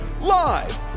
live